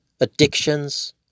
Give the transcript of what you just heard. addictions